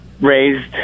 raised